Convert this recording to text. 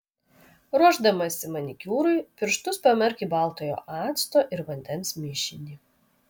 ruošdamasi manikiūrui pirštus pamerk į baltojo acto ir vandens mišinį